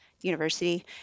University